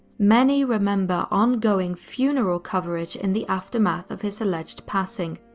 many remember ongoing funeral coverage in the aftermath of his alleged passing,